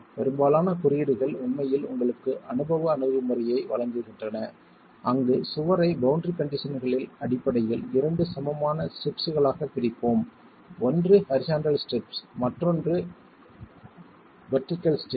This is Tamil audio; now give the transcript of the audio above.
பெரும்பாலான குறியீடுகள் உண்மையில் உங்களுக்கு அனுபவ அணுகுமுறையை வழங்குகின்றன அங்கு சுவரை பௌண்டரி கண்டிஷன்களின் அடிப்படையில் இரண்டு சமமான ஸ்ட்ரிப்ஸ்களாகப் பிரிப்போம் ஒன்று ஹரிசாண்டல் ஸ்ட்ரிப் மற்றும் மற்றொன்று வெர்டிகள் ஸ்ட்ரிப்